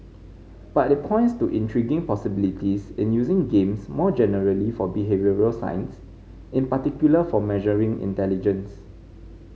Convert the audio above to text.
but it points to intriguing possibilities in using games more generally for behavioural science in particular for measuring intelligence